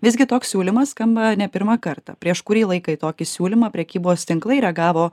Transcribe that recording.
visgi toks siūlymas skamba ne pirmą kartą prieš kurį laiką į tokį siūlymą prekybos tinklai reagavo